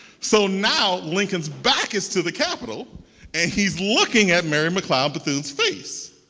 so now lincoln's back is to the capital and he's looking at mary mccleod bethune's face.